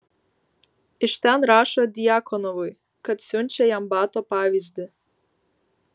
iš ten rašo djakonovui kad siunčia jam bato pavyzdį